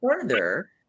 further